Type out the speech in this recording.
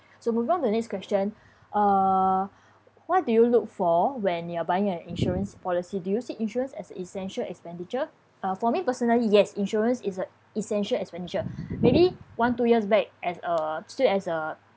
so moving on to next question uh what do you look for when you're buying an insurance policy do you see insurance as essential expenditure uh for me personally yes insurance is a essential expenditure maybe one two years back as uh still as a